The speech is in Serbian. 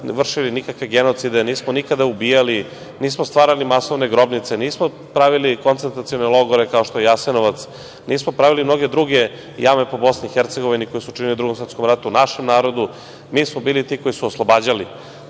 vršili nikakve genocide, nismo nikada ubijali, nismo stvarali masovne grobnice, nismo pravili koncentracione logore kao što je Jasenovac, nismo pravili mnoge druge jame po Bosni i Hercegovini koje su činili u Drugom svetskom ratu našem narodu. Mi smo bili ti koji su oslobađali.